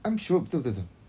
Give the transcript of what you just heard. I'm sure betul betul betul